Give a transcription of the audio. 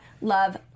love